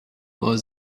was